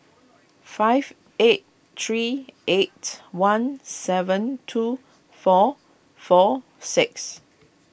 five eight three eight one seven two four four six